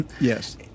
Yes